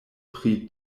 pri